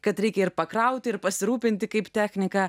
kad reikia ir pakrauti ir pasirūpinti kaip techniką